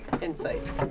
Insight